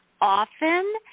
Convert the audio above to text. often